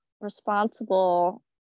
responsible